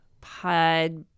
Pod